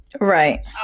Right